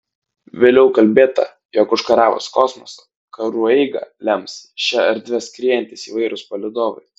vėliau kalbėta jog užkariavus kosmosą karų eigą lems šia erdve skriejantys įvairūs palydovai